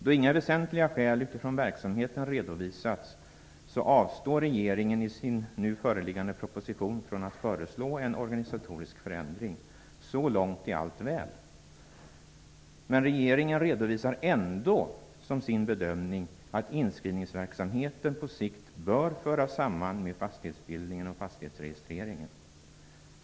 Då inga väsentliga skäl utifrån verksamheten redovisats, avstår regeringen i nu föreliggande proposition från att föreslå en organisatorisk förändring. Så långt är allt väl. Men regeringen redovisar ändå som sin bedömning att inskrivningsverksamheten på sikt bör föras samman med fastighetsbildningen och fastighetsregistreringen.